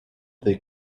they